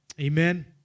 amen